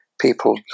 people